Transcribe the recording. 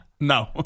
No